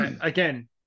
Again